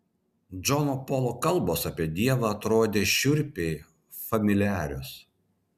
džono polo kalbos apie dievą atrodė šiurpiai familiarios